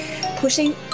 pushing